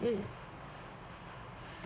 it